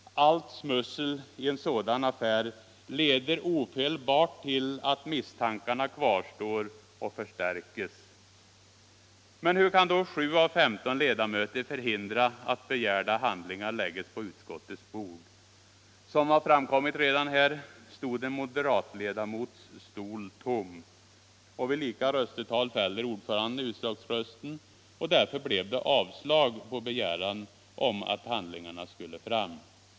Allt smussel i en sådan affär leder ofelbart till att misstankarna kvarstår och förstärks. Men hur kan 7 av 15 ledamöter förhindra att begärda handlingar läggs på utskottets bord? Som redan framkommit i debatten stod en moderat ledamots stol tom. Vid lika röstetal fäller ordföranden utslagsrösten, och därför blev det avslag på begäran att handlingarna skulle fram.